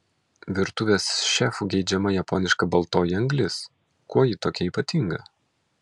virtuvės šefų geidžiama japoniška baltoji anglis kuo ji tokia ypatinga